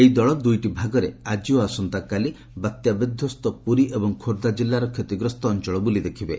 ଏହି ଦଳ ଦୁଇଟି ଭାଗରେ ଆଜି ଓ ଆସନ୍ତାକାଲି ବାତ୍ୟା ବିଧ୍ୱସ୍ତ ପୁରୀ ଏବଂ ଖୋର୍ଦ୍ଧା ଜିଲ୍ଲାର କ୍ଷତିଗ୍ରସ୍ତ ଅଞ୍ଚଳ ବୁଲି ଦେଖିବେ